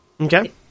Okay